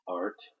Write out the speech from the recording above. art